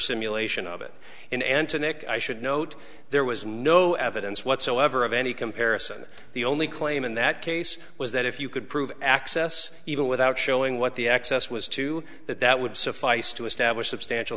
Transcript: simulation of it in and to nick i should note there was no evidence whatsoever of any comparison the only claim in that case was that if you could prove access even without showing what the access was to that that would suffice to establish substantial